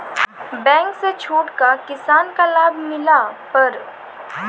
Bank से छूट का किसान का लाभ मिला पर?